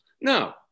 no